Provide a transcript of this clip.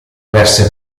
perse